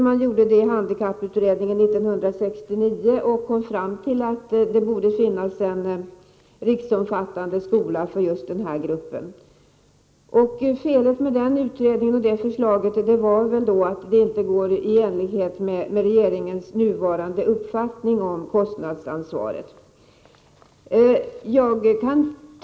Det gjordes av handikapputredningen 1969, som kom fram till att det borde finnas en riksomfattande skola för just denna grupp. Felet med utredningen är väl att dess förslag inte är i enlighet med regeringens nuvarande uppfattning om kostnadsansvaret.